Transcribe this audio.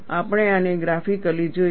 આપણે આને ગ્રાફિકલી જોઈશું